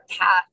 path